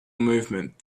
movement